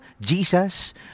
Jesus